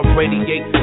radiate